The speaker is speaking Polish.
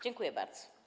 Dziękuję bardzo.